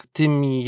tymi